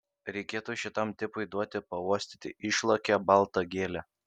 reikėtų šitam tipui duoti pauostyti išlakią baltą gėlę